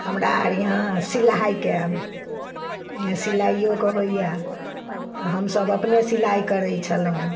हमरा अर यहाँ सिलाइके सिलाइयोके होइए हमसब अपने सिलाइ करय छलहुँ